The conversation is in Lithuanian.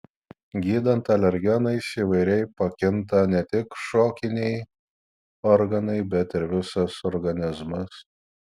gydant alergenais įvairiai pakinta ne tik šokiniai organai bet ir visas organizmas